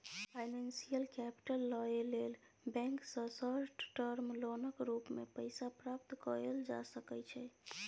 financial capital लइ लेल bank सँ शार्ट टर्म लोनक रूप मे पैसा प्राप्त कएल जा सकइ छै